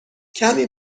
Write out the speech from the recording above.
کمی